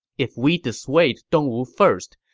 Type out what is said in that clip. if we dissuade dongwu first,